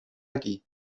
aquí